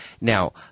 Now